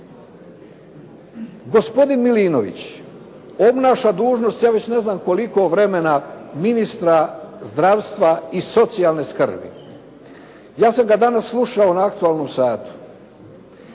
Gospodin Milinović obnaša dužnost ja već ne znam koliko vremena, ministra zdravstva i socijalne skrbi. Ja sam ga danas slušao na aktualnom satu.